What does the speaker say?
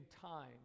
time